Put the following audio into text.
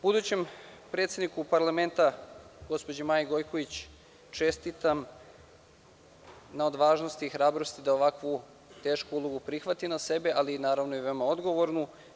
Budućem predsedniku parlamenta, gospođi Maji Gojković, čestitam na odvažnosti i hrabrosti da ovakvu tešku ulogu prihvati na sebi, ali i veoma odgovornu.